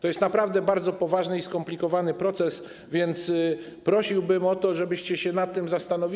To jest naprawdę bardzo poważny i skomplikowany proces, więc prosiłbym o to, żebyście się nad tym zastanowili.